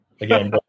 Again